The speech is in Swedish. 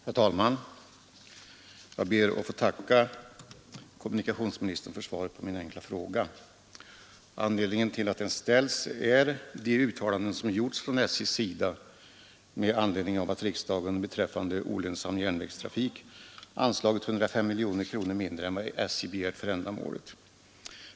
Herr talman! Jag ber att få tacka kommunikationsministern för svaret på min enkla fråga. Anledningen till att den ställts är de uttalanden som gjorts från SJs sida med anledning av att riksdagen beträffande olönsam järnvägstrafik anslagit 105 miljoner kronor mindre än SJ begärt för ändamålet.